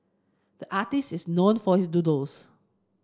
the artist is known for his doodles